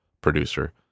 producer